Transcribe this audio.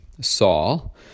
Saul